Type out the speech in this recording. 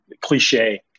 cliche